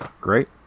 great